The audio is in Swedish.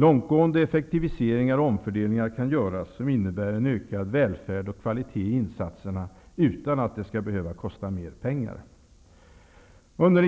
Långtgående effektiviseringar och omfördelningar kan göras, som innebär en ökad välfärd och kvalitet i insatserna utan att det behöver kosta mer pengar. dag